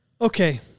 Okay